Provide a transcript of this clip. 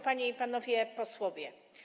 Panie i Panowie Posłowie!